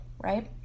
right